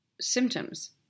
symptoms